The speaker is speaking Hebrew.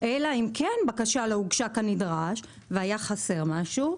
אלא אם כן בקשה לא הוגשה כנדרש והיה חסר משהו,